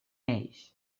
ells